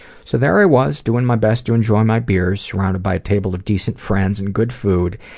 so there i was, doing my best to enjoy my beers, surrounded by a table of decent friends and good food,